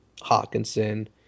Hawkinson